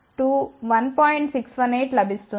618 లభిస్తుంది